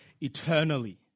eternally